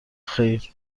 خیر